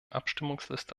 abstimmungsliste